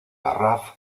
garraf